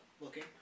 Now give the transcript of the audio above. looking